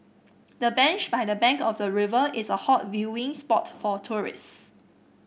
the bench by the bank of the river is a hot viewing spot for tourist